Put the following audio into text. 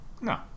No